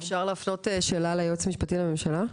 אפשר להפנות שאלה ליועץ המשפטי לממשלה?